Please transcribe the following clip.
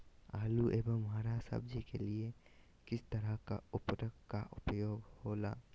आलू एवं हरा सब्जी के लिए किस तरह का उर्वरक का उपयोग होला?